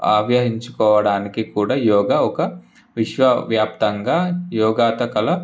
ఆవ్యహించుకోడానికి కూడ యోగ ఒక విశ్వవ్యాప్తంగా యోగత గల